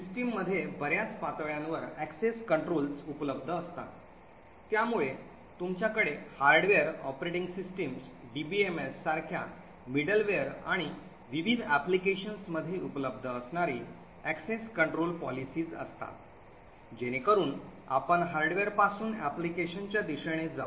सिस्टममध्ये बर्याच पातळ्यांवर access controls उपलब्ध असतात त्यामुळे तुमच्याकडे हार्डवेअर ऑपरेटिंग सिस्टम डीबीएमएस सारख्या मिडलवेअर आणि विविध applications मध्ये उपलब्ध असणारी access control policies असतात जेणेकरून आपण हार्डवेअरपासून application च्या दिशेने जाऊ